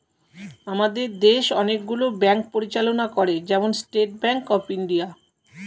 আমাদের দেশ অনেক গুলো ব্যাঙ্ক পরিচালনা করে, যেমন স্টেট ব্যাঙ্ক অফ ইন্ডিয়া